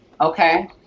Okay